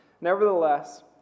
Nevertheless